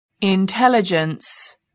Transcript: intelligence